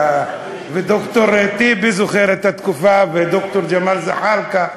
ד"ר טיבי זוכר את התקופה, וד"ר ג'מאל זחאלקה,